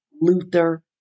Luther